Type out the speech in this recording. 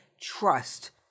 trust